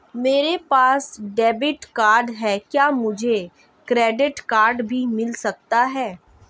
मेरे पास debit card है क्या मुझे क्रेडिट कार्ड भी मिल सकता है?